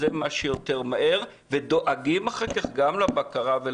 זה כמה שיותר מהר ודואגים אחר כך גם לבקרה.